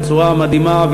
בצורה מדהימה,